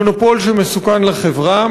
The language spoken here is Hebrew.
מונופול שמסוכן לחברה,